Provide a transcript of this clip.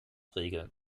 regeln